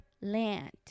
land